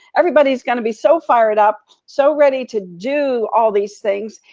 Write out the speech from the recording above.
everybody is gonna be so fired up, so ready to do all these things,